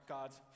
God's